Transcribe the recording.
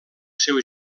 seu